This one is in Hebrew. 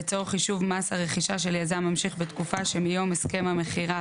לצורך חישוב מס הרכישה של יזם ממשיך בתקופה שמיום הסכם המכירה